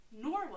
Norway